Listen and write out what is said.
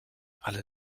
alle